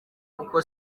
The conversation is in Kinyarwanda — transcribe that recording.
uko